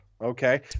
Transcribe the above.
okay